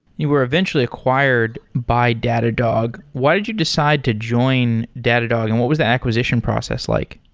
you were eventually acquire by datadog. why did you decide to join datadog and what was the acquisition process like?